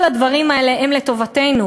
כל הדברים האלה הם לטובתנו.